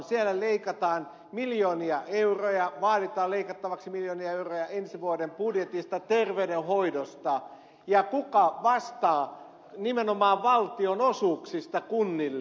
siellä leikataan miljoonia euroja vaaditaan leikattavaksi miljoonia euroja ensi vuoden budjetista terveydenhoidosta ja kuka vastaa nimenomaan valtionosuuksista kunnille